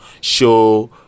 show